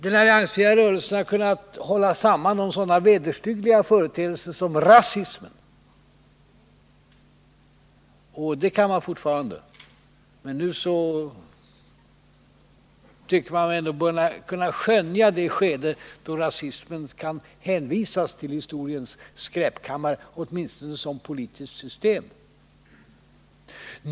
Den alliansfria rörelsen har kunnat hålla samman mot sådana vederstyggliga företeelser som rasismen. Det kan den fortfarande, men nu tycker man sig ändå kunna börja skönja det skede då rasismen kan hänvisas till historiens skräpkammare, åtminstone som politiskt system.